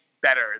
better